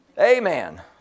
Amen